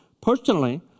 personally